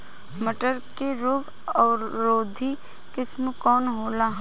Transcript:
मटर के रोग अवरोधी किस्म कौन होला?